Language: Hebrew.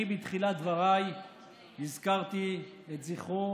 בתחילת דבריי הזכרתי את זכרו